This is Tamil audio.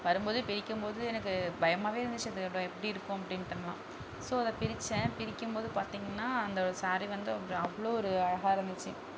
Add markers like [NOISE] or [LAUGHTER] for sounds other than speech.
வரும் போது பிரிக்கும் போது எனக்கு பயமாக இருந்துச்சு அந்த [UNINTELLIGIBLE] எப்படி இருக்கும் அப்டின்ட்டுலாம் ஸோ அதை பிரித்தேன் பிரிக்கும் போது பார்த்திங்கனா அந்த ஒரு ஸாரி வந்து ஒரு அவ்வளோ ஒரு அழகாக இருந்துச்சு